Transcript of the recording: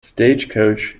stagecoach